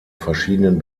verschiedenen